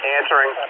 Answering